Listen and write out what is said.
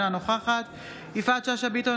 אינה נוכחת יפעת שאשא ביטון,